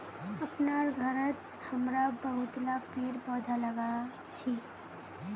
अपनार घरत हमरा बहुतला पेड़ पौधा लगाल छि